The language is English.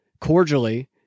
cordially